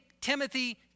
Timothy